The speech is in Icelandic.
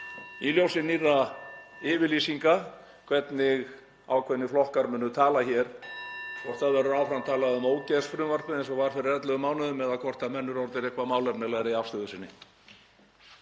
í ljósi nýrra yfirlýsinga hvernig ákveðnir flokkar munu tala hér, hvort það verður áfram talað um ógeðsfrumvarpið, eins og var fyrir 11 mánuðum, eða hvort menn eru orðnir eitthvað málefnalegri í afstöðu sinni.